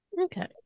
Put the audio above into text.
Okay